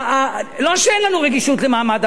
לא שאין לנו רגישות למעמד הביניים.